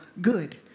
good